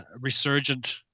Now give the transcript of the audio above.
resurgent